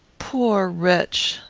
poor wretch!